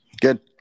Good